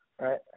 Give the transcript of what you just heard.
right